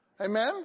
Amen